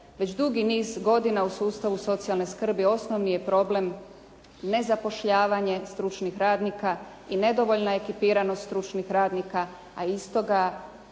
Već dugi niz godina u sustavu socijalne skrbi osnovni je problem nezapošljavanje stručnih radnika i nedovoljna ekipiranost stručnih radnika, a iz toga